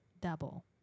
double